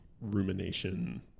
rumination